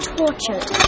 tortured